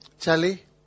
Charlie